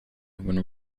when